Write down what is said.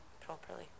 properly